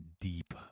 deep